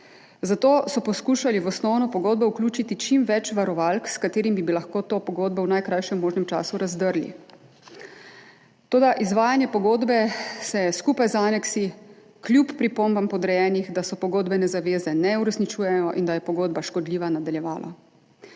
zato so poskušali v osnovno pogodbo vključiti čim več varovalk, s katerimi bi lahko to pogodbo v najkrajšem možnem času razdrli. Toda izvajanje pogodbe se je skupaj z aneksi kljub pripombam podrejenih, da se pogodbene zaveze ne uresničujejo in da je pogodba škodljiva, nadaljevalo.